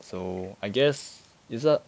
so I guess it's uh